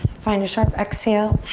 find a sharp exhale.